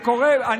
הינה סגלוביץ',